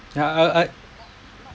ya I I